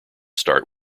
start